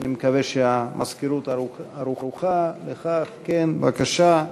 אני מקווה שהמזכירות ערוכה לכך, בבקשה.